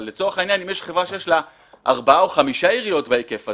אבל אם יש חברה שיש לה ארבע או חמש עיריות בהיקף הזה,